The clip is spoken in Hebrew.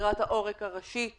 העורק הראשי,